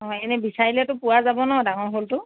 হয় এনে বিচাৰিলেতো পোৱা যাব ন' ডাঙৰ শ'লটো